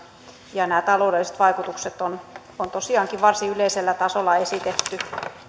ja nämä taloudelliset vaikutukset on on tosiaankin varsin yleisellä tasolla esitetty